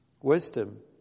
Wisdom